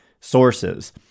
sources